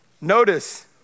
Notice